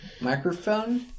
microphone